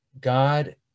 God